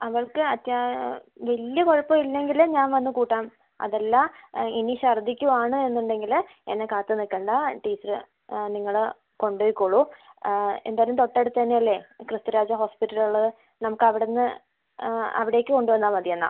അവൾക്ക് അത്ര വലിയ കുഴപ്പം ഇല്ലെങ്കിൽ ഞാൻ വന്ന് കൂട്ടാം അത് അല്ല ഇനി ഛർദിക്കുവാണ് എന്ന് ഉണ്ടെങ്കിൽ എന്നെ കാത്ത് നിക്കണ്ട ടീച്ചറ് നിങ്ങൾ കൊണ്ടോയിക്കോളൂ എന്തായാലും തൊട്ട അടുത്ത് തന്നെ അല്ലേ ക്രിസ്തുരാജാ ഹോസ്പിറ്റൽ ഉള്ളത് നമുക്ക് അവിടന്ന് അവിടെക്ക് കൊണ്ട് വന്നാൽമതി എന്നാൽ